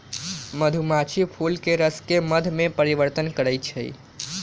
मधुमाछी फूलके रसके मध में परिवर्तन करछइ